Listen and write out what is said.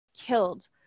killed